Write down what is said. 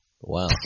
Wow